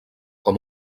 com